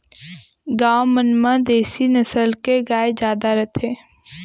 गॉँव मन म देसी नसल के गाय जादा रथे